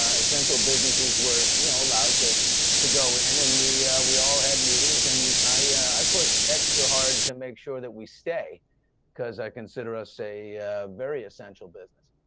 ah essential businesses were, you know, allowed to to go in and we we all had meetings and i pushed extra hard to make sure that we stay cause i consider us a very essential business.